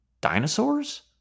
dinosaurs